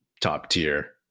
top-tier